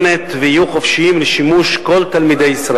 אז אני